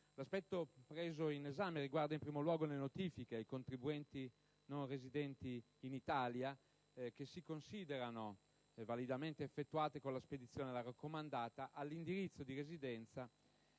L'aspetto preso in esame riguarda, in primo luogo, le notifiche ai contribuenti non residenti in Italia, che si considerano validamente effettuate con la spedizione della raccomandata all'indirizzo di residenza